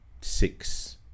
six